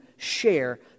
Share